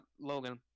Logan